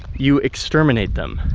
you exterminate them.